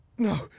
No